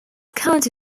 county